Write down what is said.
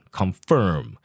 confirm，